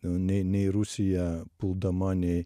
nei nei rusija puldama nei